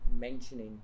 mentioning